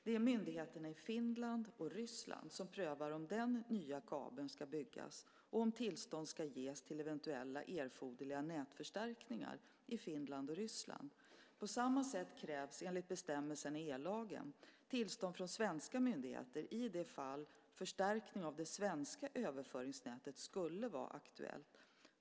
Det är myndigheterna i Finland och Ryssland som prövar om den nya kabeln ska byggas och om tillstånd ska ges till eventuella erforderliga nätförstärkningar i Finland och Ryssland. På samma sätt krävs enligt bestämmelserna i ellagen tillstånd från svenska myndigheter i det fall förstärkning av det svenska överföringsnätet skulle vara aktuellt.